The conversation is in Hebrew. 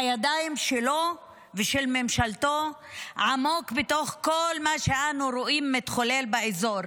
הידיים שלו ושל ממשלתו עמוק בתוך כל מה שאנחנו רואים שמתחולל באזור.